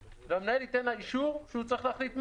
המנהל ייתן לה אישור, שהוא צריך להחליט מהו.